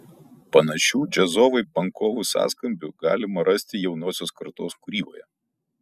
panašių džiazovai pankovų sąskambių galima rasti jaunosios kartos kūryboje